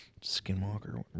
Skinwalker